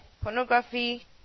pornography